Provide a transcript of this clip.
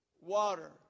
water